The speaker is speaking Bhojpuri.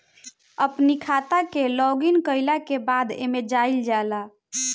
अपनी खाता के लॉगइन कईला के बाद एमे जाइल जाला